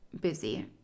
busy